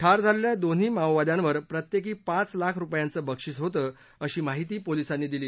ठार झालेल्या दोन्ही माओवाद्यांवर प्रत्येकी पाच लाख रुपयांचं बक्षीस होतं अशी माहिती पोलिसांनी दिली